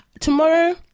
tomorrow